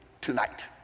tonight